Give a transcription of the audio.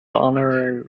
honorary